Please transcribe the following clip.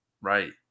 Right